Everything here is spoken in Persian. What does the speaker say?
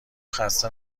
خسته